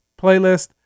playlist